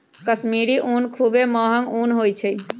कश्मीरी ऊन खुब्बे महग ऊन होइ छइ